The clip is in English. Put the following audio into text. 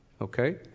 Okay